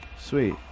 Sweet